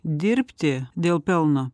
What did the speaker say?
dirbti dėl pelno